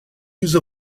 use